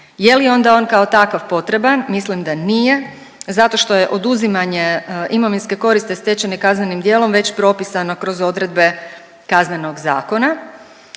Je li onda on kao takav potreban? Mislim da nije zato što je oduzimanje imovinske koristi stečene kaznenim djelom već propisano kroz odredbe Kaznenog zakona.